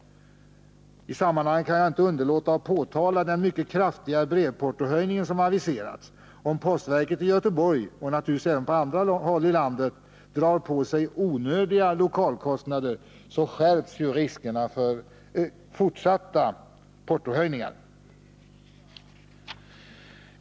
I sammanhanget kan jag inte underlåta att påtala den mycket kraftiga brevportohöjning som har aviserats. Om postverket drar på sig onödiga lokalkostnader i Göteborg — och även på andra håll i landet — skärps naturligtvis riskerna för fortsatta portohöjningar.